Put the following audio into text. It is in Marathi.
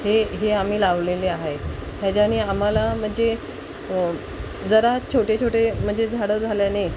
हे हे आम्ही लावलेले आहे हेच्याने आम्हाला मंजे जरा छोटे छोटे म्हणजे झाडं झाल्याने